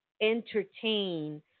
entertain